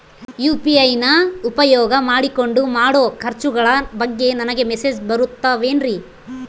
UPI ನ ಉಪಯೋಗ ಮಾಡಿಕೊಂಡು ಮಾಡೋ ಖರ್ಚುಗಳ ಬಗ್ಗೆ ನನಗೆ ಮೆಸೇಜ್ ಬರುತ್ತಾವೇನ್ರಿ?